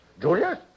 Julius